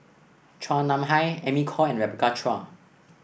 Chua Nam Hai Amy Khor and Rebecca Chua